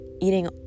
eating